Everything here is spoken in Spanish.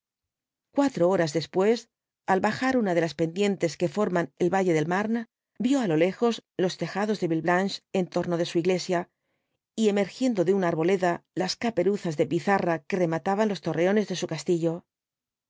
cuatro horas después al bajar una de las pendientes que forman el valle del mame vio á lo lejos los tejados de villeblanche en torno de su iglesia y emergiendo de una arboleda las caperuzas de pizarra que remataban los torreones de su castillo